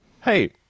Hey